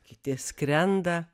kiti skrenda